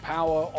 Power